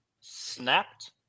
snapped